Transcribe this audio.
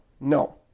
No